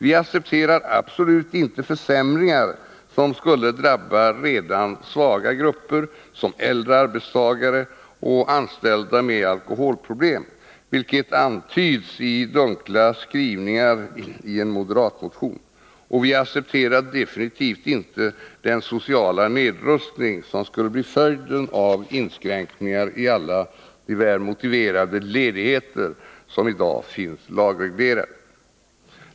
Vi accepterar absolut inte försämringar som skulle drabba redan svaga grupper som äldre arbetstagare och anställda med alkoholproblem, vilket antyds i dunkla skrivningar i en moderatmotion, och vi accepterar definitivt inte den sociala nedrustning som skulle bli följden av inskränkningar i alla de väl motiverade ledigheter som i dag finns lagreglerade.